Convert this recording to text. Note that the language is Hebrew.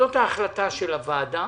זאת ההחלטה של הוועדה.